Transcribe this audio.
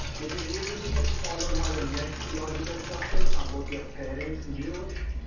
which is usually followed by the next logical question are both your parents. jewish